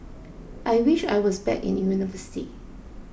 I wish I was back in university